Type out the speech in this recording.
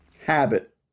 Habit